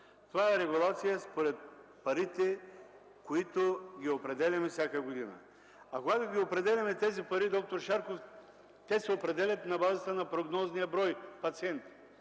Това е регулация според парите, които определяме всяка година. Когато определяме тези пари, д-р Шарков, те се определят на базата на прогнозния брой пациенти.